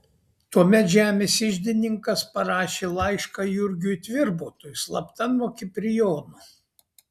tuomet žemės iždininkas parašė laišką jurgiui tvirbutui slapta nuo kiprijono